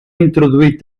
introduït